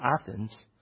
Athens